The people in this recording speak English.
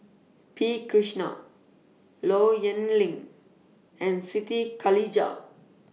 P Krishnan Low Yen Ling and Siti Khalijah